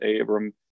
Abram